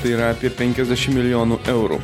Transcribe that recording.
tai yra apie penkiasdešim milijonų eurų